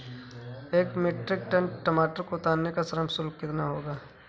एक metric ton टमाटर को उतारने का श्रम शुल्क कितना होगा?